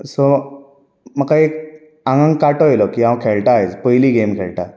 so म्हाका एक आंगाक कांटो येयलो की हांव खेळटा आयज पयलीं गेम खेळटा